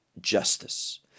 justice